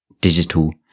digital